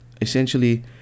essentially